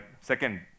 second